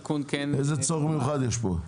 איזה צורך מיוחד יש פה?